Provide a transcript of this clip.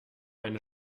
eine